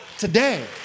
Today